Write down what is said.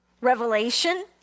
revelation